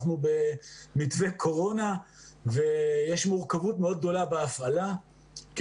אנחנו במתווה קורונה ויש מורכבות מאוד גדולה בהפעלה כי